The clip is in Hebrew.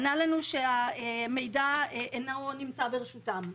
ענה לנו שהמידע לא נמצא ברשותו.